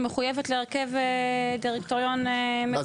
שמחויבת להרכב דירקטוריון ---?